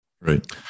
Right